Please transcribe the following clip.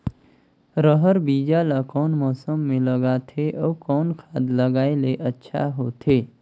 रहर बीजा ला कौन मौसम मे लगाथे अउ कौन खाद लगायेले अच्छा होथे?